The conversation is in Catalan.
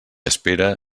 espera